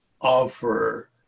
offer